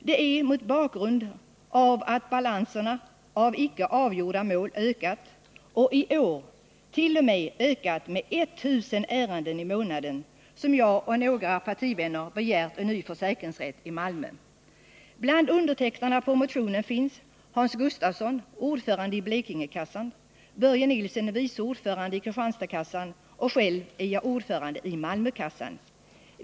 Det är mot bakgrund av att balansen för icke avgjorda mål ökat — i år t.o.m. med 1 000 ärenden i månaden —som jag och några partivänner begärt en ny försäkringsrätt i Malmö. Bland dem som undertecknat motionen finns Hans Gustafsson, ordförande i Blekingekassan, Börje Nilsson, vice ordförande i Kristianstadskassan, och jag själv som är ordförande i Malmökassan.